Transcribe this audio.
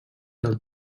del